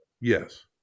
Yes